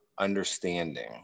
understanding